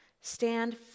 Stand